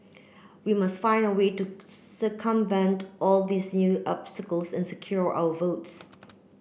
we must find a way to circumvent all these new obstacles and secure our votes